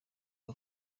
n’u